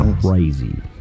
crazy